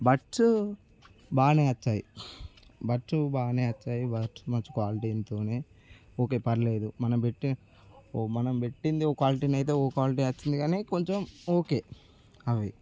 buds బాగానే వచ్చాయి buds బాగానే వచ్చాయి బడ్స్ మంచి క్వాలిటీ అంతా ఉంది ఓకే పర్లేదు మనం పెట్టి మనం పెట్టింది ఓ క్వాలిటీ అయితే ఓ క్వాలిటీ వచ్చింది కానీ కొంచెం ఓకే అవి